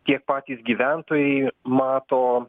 tiek patys gyventojai mato